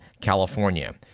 California